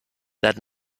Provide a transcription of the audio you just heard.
that